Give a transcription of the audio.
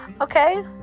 Okay